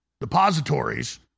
depositories